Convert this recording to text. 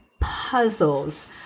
puzzles